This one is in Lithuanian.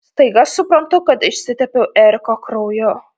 staiga suprantu kad išsitepiau eriko krauju